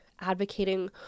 advocating